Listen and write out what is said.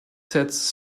sets